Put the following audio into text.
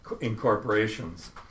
incorporations